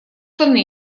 штаны